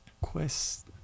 Quest